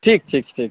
ठीक ठीक ठीक